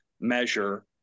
measure